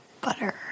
butter